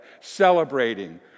celebrating